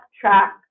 track